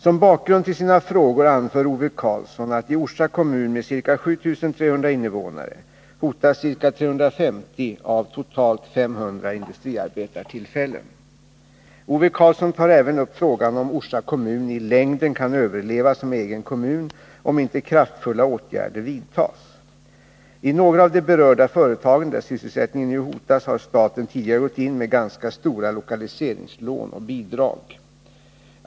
Som bakgrund till sina frågor anför Ove Karlsson att i Orsa kommun med ca 7 300 invånare hotas ca 350 av totalt 500 industriarbetstillfällen. Ove Karlsson tar även upp frågan huruvida Orsa kommun i längden kan överleva som egen kommun, om inte kraftfulla åtgärder vidtas. I några av de berörda företagen, där sysselsättningen nu hotas, har staten tidigare gått in med ganska stora lokaliseringslån och bidrag.